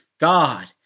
God